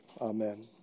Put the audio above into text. Amen